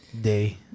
day